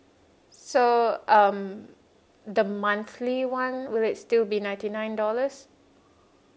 so um the monthly one will it still be ninety nine dollars